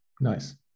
Nice